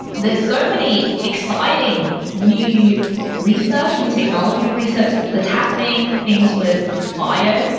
there's so many exciting new research, new technology research that's happening. things with bio, you know